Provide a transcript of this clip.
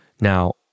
Now